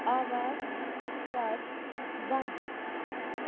آواز کَر بنٛد